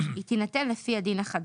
תינתן לפי הדין החדש.